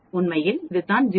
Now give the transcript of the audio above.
உண்மையில் இதுதான் 0